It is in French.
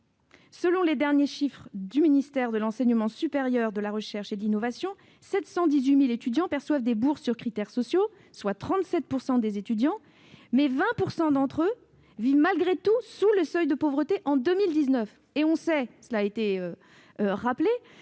Selon les derniers chiffres du ministère de l'enseignement supérieur, de la recherche et de l'innovation, 718 000 étudiants perçoivent des bourses sur critères sociaux, soit 37 % des étudiants, mais 20 % d'entre eux vivaient malgré tout sous le seuil de pauvreté en 2019. Or la situation sociale,